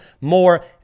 more